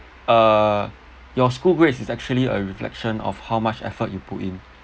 uh your school grades is actually a reflection of how much effort you put in